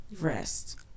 rest